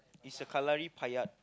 it's a Kalaripayattu